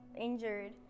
injured